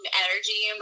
energy